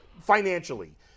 financially